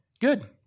good